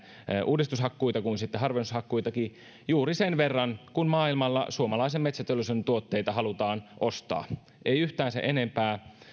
niin näitä uudistushakkuita kuin sitten harvennushakkuitakin juuri sen verran kuin maailmalla suomalaisen metsäteollisuuden tuotteita halutaan ostaa ei yhtään sen enempää